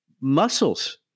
Muscles